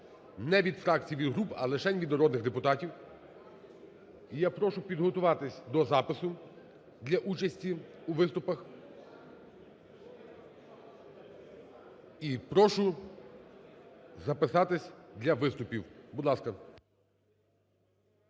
не від фракцій, від груп, а лишень від народних депутатів. І я прошу підготуватись до запису для участі у виступах. І прошу записатись для виступів. Будь ласка.